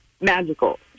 magical